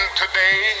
today